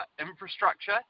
infrastructure